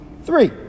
Three